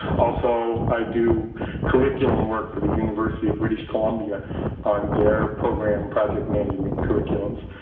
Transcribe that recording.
also, i do curriculum work for the university of british columbia on their program project management curriculums.